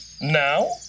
Now